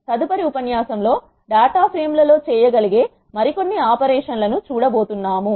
తదుపరి ఉపన్యాసంలో data frame లలో చేయగలిగే మరికొన్ని ఆపరేషన్ లను చూడబోతున్నాము